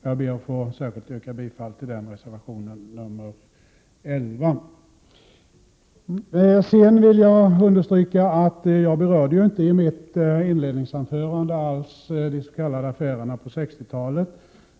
Jag yrkar bifall till reservationen i denna fråga, nr 11. Jag vill också understryka att jag i mitt inledningsanförande inte alls berörde de s.k. affärerna på 1960-talet.